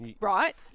Right